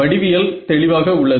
வடிவியல் தெளிவாக உள்ளது